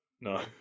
no